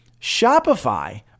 Shopify